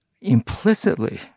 implicitly